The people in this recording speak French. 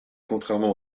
contrairement